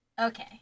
Okay